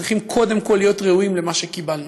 צריכים קודם כול להיות ראויים למה שקיבלנו.